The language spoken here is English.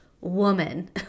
woman